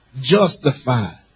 Justified